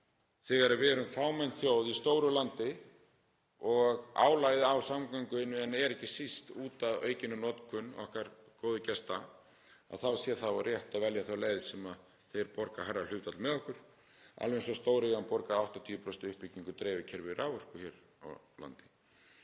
Þegar við erum fámenn þjóð í stóru landi og álagið á samgönguinnviðina er ekki síst út af aukinni notkun okkar góðu gesta þá held ég að það sé rétt að velja þá leið þar sem þeir borga hærra hlutfall með okkur, alveg eins og stóriðjan borgar 80% af uppbyggingu dreifikerfis raforku hér á landi.